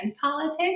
politics